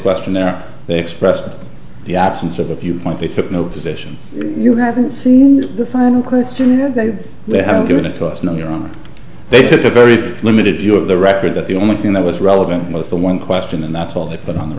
questionnaire they expressed in the absence of a few point they took no position you haven't seen the final question and they have given it to us no your honor they took a very limited view of the record that the only thing that was relevant most the one question and that's all that but on the